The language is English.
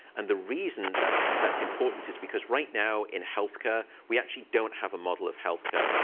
and the reason that that's important is because right now in health care, we actually don't have a model of health care.